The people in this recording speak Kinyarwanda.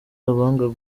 abanga